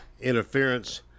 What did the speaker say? interference